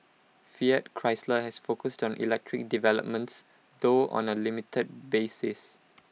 fiat Chrysler has focused on electric developments though on A limited basis